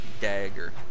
dagger